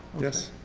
yes.